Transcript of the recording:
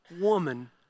woman